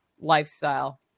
lifestyle